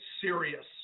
serious